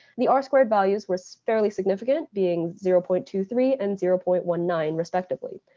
the r squared values was fairly significant, being zero point two three and zero point one nine respectively,